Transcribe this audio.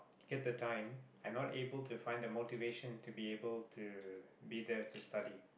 get the time I'm not able to find the motivation to be able to be there to study